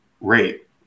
rate